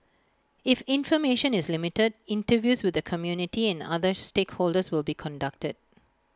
if information is limited interviews with the community and other stakeholders will be conducted